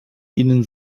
ihnen